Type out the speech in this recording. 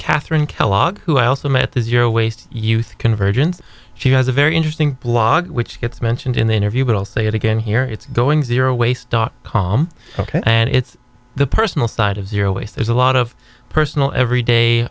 catherine kellogg who i also met at the zero waste youth convergence she has a very interesting blog which gets mentioned in the interview but i'll say it again here it's going to waste dot com ok and it's the personal side of zero waste there's a lot of personal every day